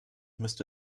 müsste